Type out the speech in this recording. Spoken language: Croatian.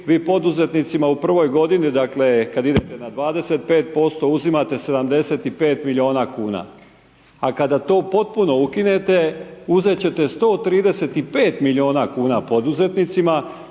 vi poduzetnicima u prvoj godini, dakle kada idete na 25% uzimate 75 milijuna kuna. A kada to potpuno ukinete uzeti ćete 135 milijuna kuna poduzetnicima